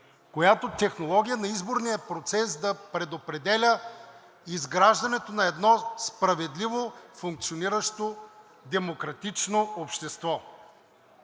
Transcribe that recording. която технология на изборния процес да предопределя изграждането на едно справедливо функциониращо демократично общество.